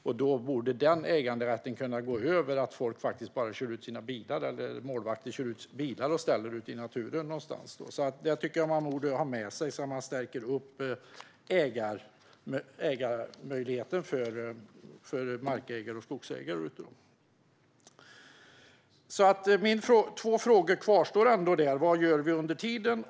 Äganderätten till marken borde kunna väga tyngre när folk kör ut sina bilar eller målvakter kör ut bilar och ställer ute i naturen någonstans. Detta tycker jag att man borde ha med sig, så att man stärker äganderätten för markägare och skogsägare. Två frågor kvarstår alltså: Vad gör vi under tiden?